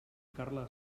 carla